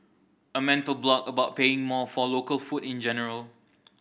a mental block about paying more for local food in general